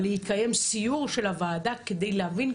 אבל יתקיים סיור של הוועדה כדי להבין,